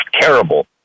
terrible